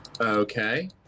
Okay